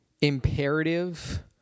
imperative